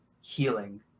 healing